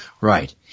Right